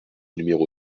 numéro